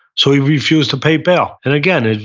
so he refused to pay bail. and again, and